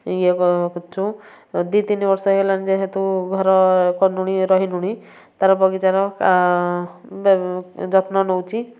ଇଏ କରିଛୁ ଦୁଇ ତିନି ବର୍ଷ ହେଇଗଲାଣି ଯେହେତୁ ଘର କଲୁଣି ରହିଲୁଣି ତାର ବଗିଚାର ଯତ୍ନ ନେଉଛି